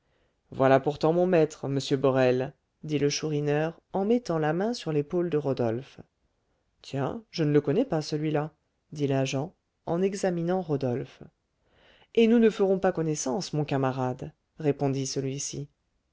voilà pourtant mon maître monsieur borel dit le chourineur en mettant la main sur l'épaule de rodolphe tiens je ne le connais pas celui-là dit l'agent en examinant rodolphe et nous ne ferons pas connaissance mon camarade répondit celui-ci